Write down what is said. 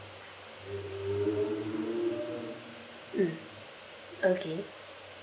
mm okay